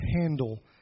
handle